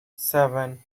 seven